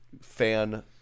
fan